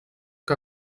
que